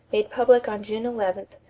made public on june eleven,